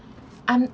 I'm